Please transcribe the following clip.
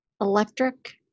electric